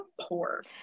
poor